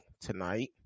tonight